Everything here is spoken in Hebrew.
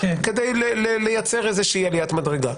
כדי לייצר איזושהי עליית מדרגה.